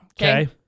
Okay